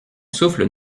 souffle